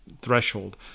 threshold